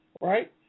right